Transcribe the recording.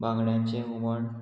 बांगड्यांचें हुमण